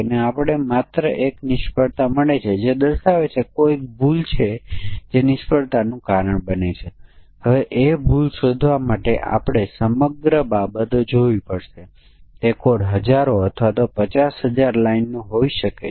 અને માન્ય સમીકરણો માટે આપણી પાસે વાસ્તવિક અને જટિલ અને વાસ્તવિક સંયોગ અને અનન્ય રુટ હોઈ શકે છે